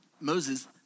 Moses